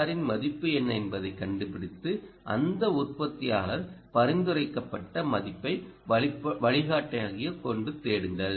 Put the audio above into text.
ஆரின் மதிப்பு என்ன என்பதைக் கண்டுபிடித்து அந்த உற்பத்தியாளர் பரிந்துரைக்கப்பட்ட மதிப்பை வழிகாட்டியாகக் கொண்டு தேடுங்கள்